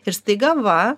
ir staiga va